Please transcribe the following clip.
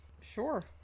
Sure